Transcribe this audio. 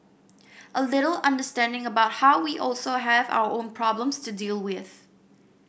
a little understanding about how we also have our own problems to deal with